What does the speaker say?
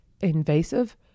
invasive